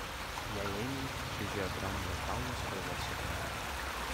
jai einant čiužėjo dramblio kaulo spalvos suknelė